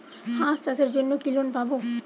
হাঁস চাষের জন্য কি লোন পাব?